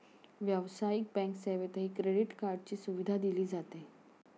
व्यावसायिक बँक सेवेतही क्रेडिट कार्डची सुविधा दिली जाते